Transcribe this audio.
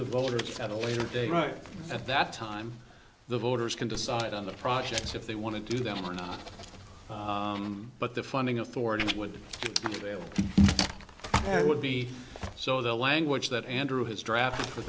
the voters at a later date right at that time the voters can decide on the projects if they want to do them or not but the funding authority would fail and would be so the language that andrew has draft for